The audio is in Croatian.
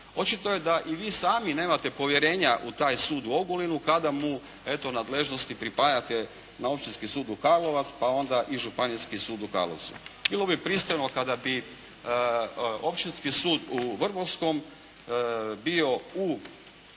Očito je da i vi sami nemate povjerenja u taj sud u Ogulinu kada mu eto nadležnosti pripajate na Općinski sud u Karlovac, pa onda i Županijski sud u Karlovcu. Bilo bi pristrano kada bi Općinski sud u Vrbovskom bio spojen